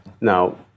Now